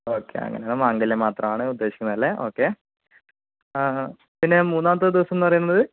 okay അങ്ങനെയാണെങ്കിൽ മംഗല്യം മാത്രമാണ് ഉദ്ദേശിക്കുന്നത് അല്ലെ ഓക്കേ പിന്നെ മൂന്നാമത്തെ ദിവസമെന്ന് പറയുന്നത്